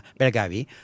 Belgavi